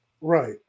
right